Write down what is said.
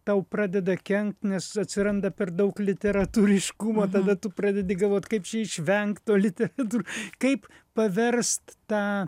tau pradeda kenkt nes atsiranda per daug literatūriškumo tada tu pradedi galvot kaip čia išvengt to literatūr kaip paverst tą